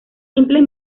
simples